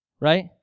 Right